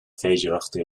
féidearthachtaí